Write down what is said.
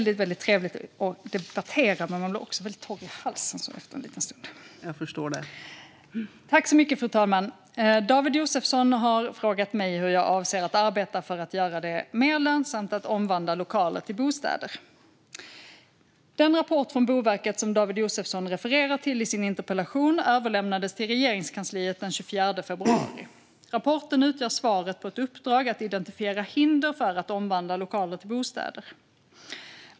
David Josefsson har frågat mig hur jag avser att arbeta för att göra det mer lönsamt att omvandla lokaler till bostäder. Den rapport från Boverket som David Josefsson refererar till i sin interpellation överlämnades till Regeringskansliet den 24 februari. Rapporten utgör svaret på ett uppdrag att identifiera hinder för att omvandla lokaler till bostäder.